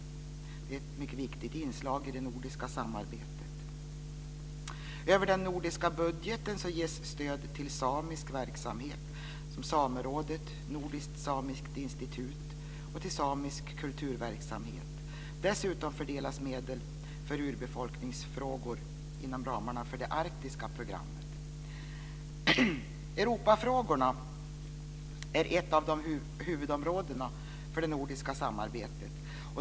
Det är ett mycket viktigt inslag i det nordiska samarbetet. Över den nordiska budgeten ges stöd till samisk verksamhet som Samerådet, Nordiskt samiskt institut och till samisk kulturverksamhet. Dessutom fördelas medel för urbefolkningsfrågor inom ramarna för det arktiska programmet. Europafrågorna är ett av huvudområdena för det nordiska samarbetet.